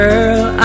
Girl